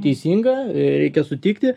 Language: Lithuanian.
teisinga reikia sutikti